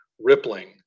rippling